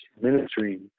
ministry